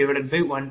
62j0